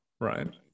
right